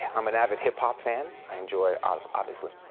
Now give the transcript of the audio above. and i'm an avid hip hop fan. i enjoy ah obviously.